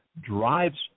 drives